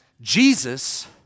Jesus